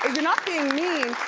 you're not being mean,